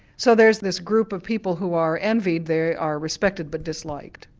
so there's this group of people who are envied, they are respected but disliked.